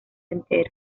entero